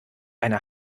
eine